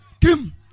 Kim